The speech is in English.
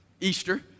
Easter